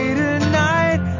tonight